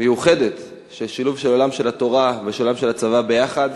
מיוחדת של שילוב של עולם של התורה והעולם של הצבא יחד,